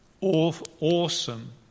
awesome